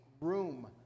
room